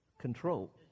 control